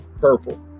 purple